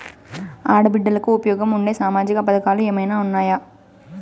ఆడ బిడ్డలకు ఉపయోగం ఉండే సామాజిక పథకాలు ఏమైనా ఉన్నాయా?